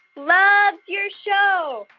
loves your show.